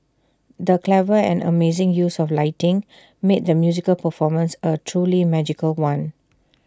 the clever and amazing use of lighting made the musical performance A truly magical one